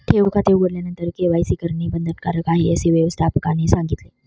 ठेव खाते उघडल्यानंतर के.वाय.सी करणे बंधनकारक आहे, असे व्यवस्थापकाने सांगितले